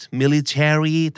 military